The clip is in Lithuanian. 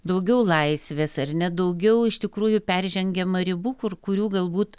daugiau laisvės ar ne daugiau iš tikrųjų peržengiama ribų kur kurių galbūt